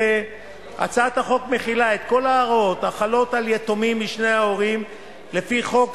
הצעת החוק מחילה את כל ההוראות החלות על יתומים משני ההורים לפי חוק